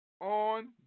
on